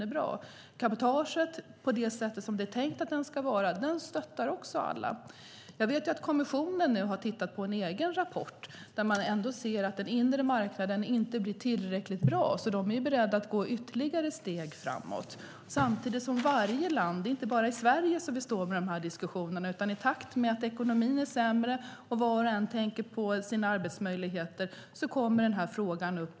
Alla stöder cabotaget på det sätt det är tänkt att vara. Jag vet att kommissionen nu har tittat på en egen rapport där man ser att den inre marknaden ändå inte blir tillräckligt bra. De är därför beredda att gå ytterligare steg framåt. Det är inte bara i Sverige vi står med dessa diskussioner, utan i takt med att ekonomin är sämre och alla länder tänker på sina arbetsmöjligheter kommer frågan upp.